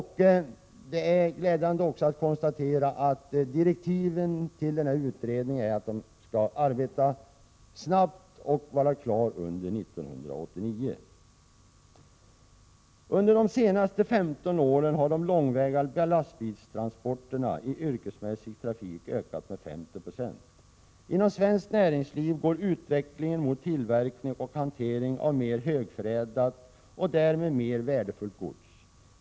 Det är också glädjande att konstatera att direktiven till denna utredning är att den skall arbeta snabbt och vara klar under 1989. Under de senaste 15 åren har de långväga biltransporterna i yrkesmässig trafik ökat med 50 26. Inom svenskt näringsliv går utvecklingen mot tillverkning och hantering av mer högförädlat och därmed mer värdefullt gods.